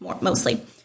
mostly